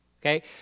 okay